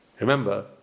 Remember